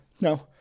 no